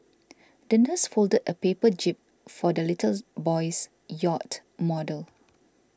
the nurse folded a paper jib for the little boy's yacht model